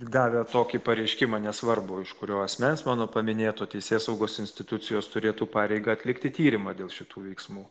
gavę tokį pareiškimą nesvarbu iš kurio asmens mano paminėto teisėsaugos institucijos turėtų pareigą atlikti tyrimą dėl šitų veiksmų